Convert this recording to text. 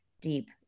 deep